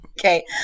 okay